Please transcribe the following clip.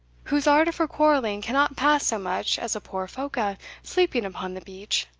whose ardour for quarrelling cannot pass so much as a poor phoca sleeping upon the beach!